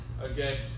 okay